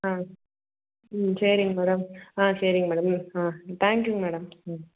ஆ ம் சரிங் மேடம் ஆ சரிங் மேடம் ம் ஆ தேங்க்யூங் மேடம் ம்